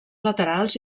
laterals